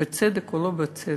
בצדק או לא בצדק?